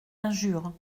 injure